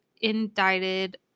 indicted